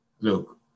Look